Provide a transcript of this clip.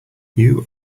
you